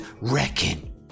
wrecking